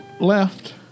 left